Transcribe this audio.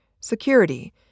security